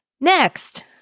Next